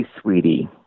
sweetie